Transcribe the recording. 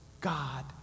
God